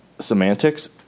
Semantics